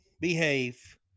Behave